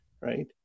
Right